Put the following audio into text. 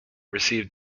received